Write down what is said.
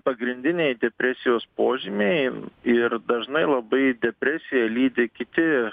pagrindiniai depresijos požymiai ir dažnai labai depresiją lydi kiti